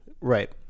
Right